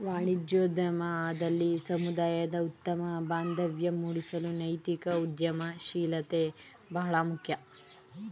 ವಾಣಿಜ್ಯೋದ್ಯಮದಲ್ಲಿ ಸಮುದಾಯದ ಉತ್ತಮ ಬಾಂಧವ್ಯ ಮೂಡಿಸಲು ನೈತಿಕ ಉದ್ಯಮಶೀಲತೆ ಬಹಳ ಮುಖ್ಯ